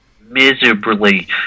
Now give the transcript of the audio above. miserably